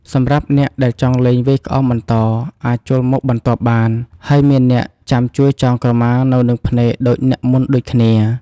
សម្រាប់អ្នកដែលចង់លេងវាយក្អមបន្តអាចចូលមកបន្ទាប់បាន ហើយមានអ្នកចាំជួយចងក្រមានៅនឹងភ្នែកដូចអ្នកមុនដូចគ្នា។